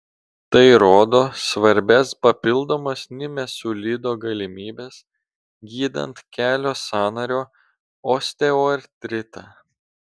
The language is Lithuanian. tai rodo svarbias papildomas nimesulido galimybes gydant kelio sąnario osteoartritą